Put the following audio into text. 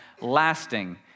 lasting